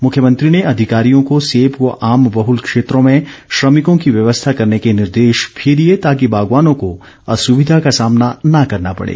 मुख्यमंत्री ने अधिकारियों को सेब व आम बहल क्षेत्रों में श्रमिकों की व्यवस्था करने के निर्देश भी दिए ताकि बागवानों को असुविधा का सामना न करना पड़े